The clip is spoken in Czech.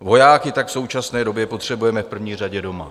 Vojáky tak v současné době potřebujeme v první řadě doma.